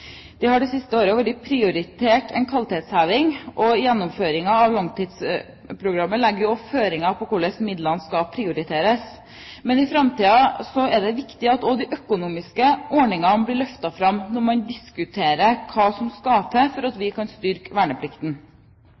Det har de siste årene vært prioritert en kvalitetsheving, og gjennomføringen av langtidsprogrammet legger også føringer for hvordan midlene skal prioriteres. Men i framtiden er det viktig at også de økonomiske ordningene blir løftet fram når man diskuterer hva som skal til for at vi skal kunne styrke verneplikten.